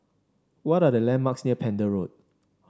what are the landmarks near Pender Road